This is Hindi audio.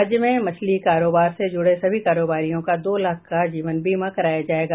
राज्य में मछली कारोबार से जुड़े सभी कारोबारियां का दो लाख का जीवन बीमा कराया जायेगा